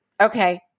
Okay